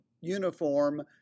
uniform